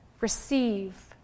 Receive